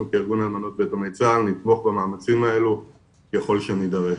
אנחנו כארגון אלמנות ויתומי צה"ל נתמוך במאמצים האלה ככל שנידרש.